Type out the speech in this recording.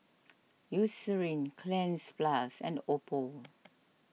Eucerin Cleanz Plus and Oppo